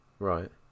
Right